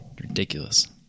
ridiculous